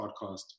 podcast